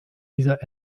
dieser